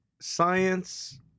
science